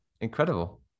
incredible